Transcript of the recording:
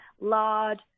lard